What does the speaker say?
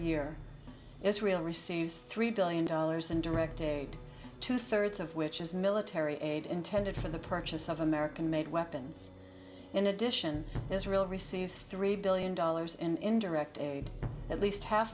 year israel receives three trillion dollars in direct aid two thirds of which is military aid intended for the purchase of american made weapons in addition israel receives three billion dollars in indirect aid at least half